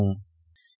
Ashutosh Antani I